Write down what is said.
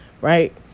Right